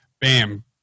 Bam